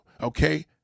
Okay